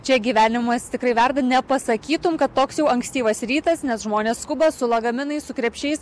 čia gyvenimas tikrai verda nepasakytum kad toks jau ankstyvas rytas nes žmonės skuba su lagaminais su krepšiais